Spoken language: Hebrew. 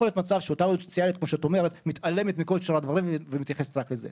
שאותה עובדת סוציאלית מתעלמת מכל שאר הדברים ומתייחסת רק לזה,